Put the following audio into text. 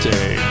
Day